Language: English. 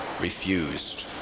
refused